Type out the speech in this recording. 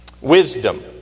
Wisdom